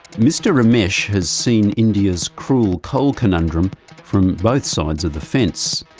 mr ramesh has seen india's cruel coal conundrum from both sides of the fence.